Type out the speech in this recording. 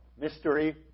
mystery